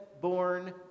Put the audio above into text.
born